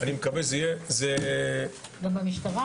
במשטרה